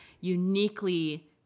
uniquely